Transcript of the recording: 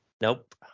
Nope